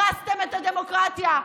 הרסתם את הדמוקרטיה,